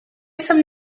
some